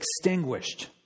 extinguished